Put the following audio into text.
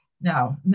No